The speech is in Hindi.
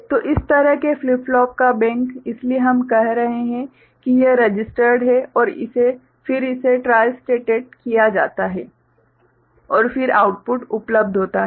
तो इस तरह के फ्लिप फ्लॉप का बैंक इसलिए हम कह रहे हैं कि यह रजिस्टर्ड है और फिर इसे ट्राई स्टेटेड किया जाता है और फिर आउटपुट उपलब्ध होता है